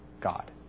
God